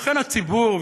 לכן הציבור,